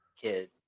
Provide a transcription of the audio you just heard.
kid